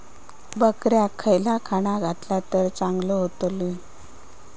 बकऱ्यांका खयला खाणा घातला तर चांगल्यो व्हतील?